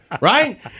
right